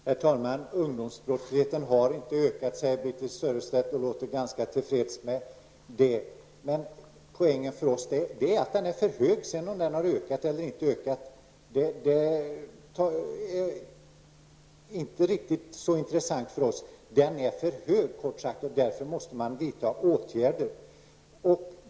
Herr talman! Ungdomsbrottsligheten har inte ökat, säger Birthe Sörestedt, och hon låter ganska till freds med det. Poängen för oss är dock att den är för hög. Huruvida den har ökat eller inte är så intressant för oss. Ungdomsbrottsligheten är kort sagt för hög, och därför måste man vidta åtgärder.